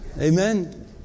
Amen